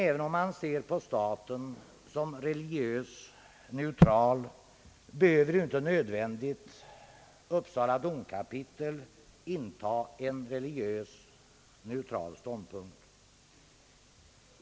Även om man ser på staten som religiöst neutral behöver inte nödvändigt Uppsala domkapitel inta en religiöst neutral ståndpunkt.